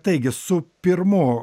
taigi su pirmu